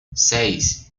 seis